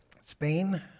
Spain